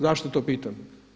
Zašto to pitam?